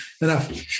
enough